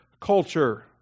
culture